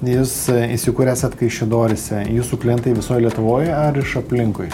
jūs įsikūrę esat kaišiadoryse jūsų klientai visoj lietuvoj ar iš aplinkui